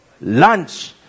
Lunch